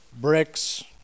Bricks